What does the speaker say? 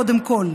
קודם כול,